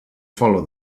follow